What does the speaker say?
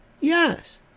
Yes